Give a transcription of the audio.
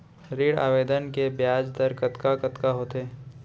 ऋण आवेदन के ब्याज दर कतका कतका होथे?